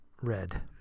red